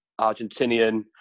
Argentinian